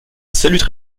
celles